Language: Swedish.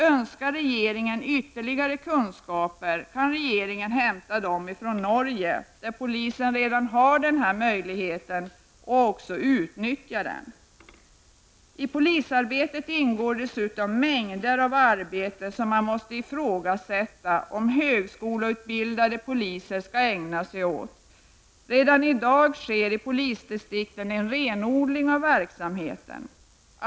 Önskar regeringen ytterligare kunskaper kan regeringen hämta sådana från Norge, där polisen redan har denna möjlighet och också utnyttjar den. I polisarbetet ingår dessutom mängder av arbete som man måste ifrågasätta om högskoleutbildade poliser skall ägna sig åt. Redan i dag sker i polisdistrikten en renodling av verksamheten.